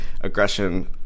aggression